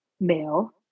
male